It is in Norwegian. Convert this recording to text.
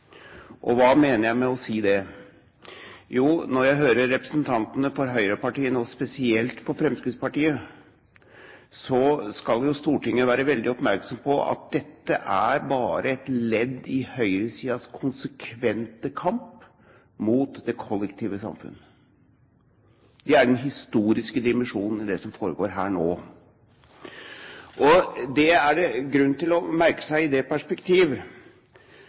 Og hva mener jeg med å si det? Jo, når vi hører representantene fra høyrepartiene, og spesielt fra Fremskrittspartiet, skal Stortinget være veldig oppmerksom på at dette bare er et ledd i høyresidens konsekvente kamp mot det kollektive samfunnet. Det er den historiske dimensjonen i det som foregår her nå. Det det er grunn til å merke seg i det perspektiv,